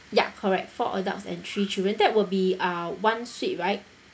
ya correct four adults and three children that will be uh one suite right